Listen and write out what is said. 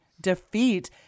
defeat